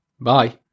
Bye